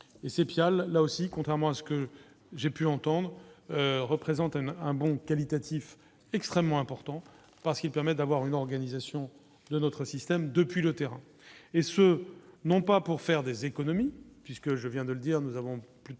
et ses pial, là aussi, contrairement à ce que j'ai pu entendre représente un bon qualitatif extrêmement important parce qu'il permet d'avoir une organisation de notre système depuis le terrain et ce, non pas pour faire des économies puisque je viens de le dire, nous avons 40